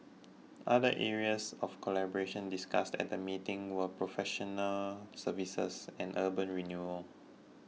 other areas of collaboration discussed at the meeting were professional services and urban renewal